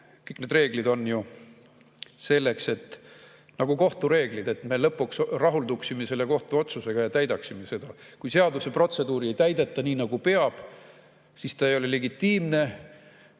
kõik need reeglid on ju nagu kohtureeglid selleks, et me lõpuks rahulduksime kohtuotsusega ja täidaksime seda. Kui seaduse protseduuri ei täideta nii, nagu peab, siis seadus ei ole legitiimne.